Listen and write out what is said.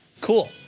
cool